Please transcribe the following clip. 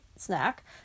snack